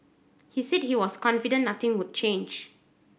he said he was confident nothing would change